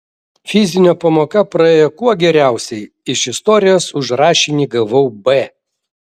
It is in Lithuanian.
fizinio pamoka praėjo kuo geriausiai iš istorijos už rašinį gavau b